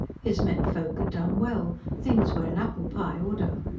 his menfolk had done well things were in apple-pie order.